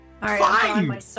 Fine